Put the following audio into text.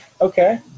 Okay